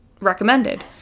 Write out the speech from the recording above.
recommended